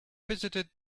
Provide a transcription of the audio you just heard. visited